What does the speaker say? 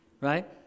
right